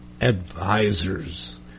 advisors